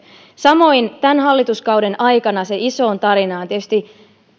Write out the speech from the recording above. samoin tämän hallituskauden aikana se isoin tarina on tietysti